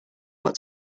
what